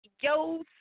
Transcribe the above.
yo